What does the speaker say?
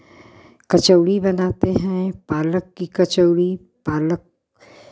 कचौड़ी बनाते हैं पालक की कचौड़ी पालक